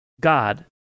God